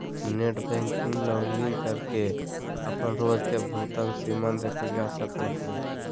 net banking login करके अपन रोज के भुगतान सीमा देखल जा सको हय